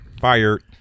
fired